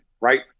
right